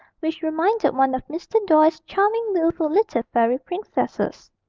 which reminded one of mr. doyle's charming wilful little fairy princesses.